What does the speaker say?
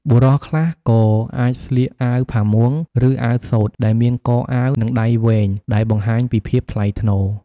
បុរសខ្លះក៏អាចស្លៀកអាវផាមួង ឬអាវសូត្រដែលមានកអាវ និងដៃវែង ដែលបង្ហាញពីភាពថ្លៃថ្នូរ។